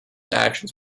actions